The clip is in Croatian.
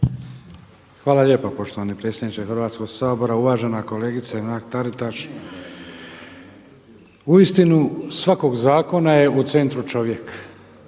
Hvala lijepa poštovani predsjedniče Hrvatskog sabora, uvažena kolegice Mrak-Taritaš. Uistinu svakog zakona je u centru čovjek,